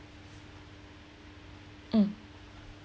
mm